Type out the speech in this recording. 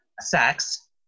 sex